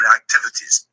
activities